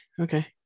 okay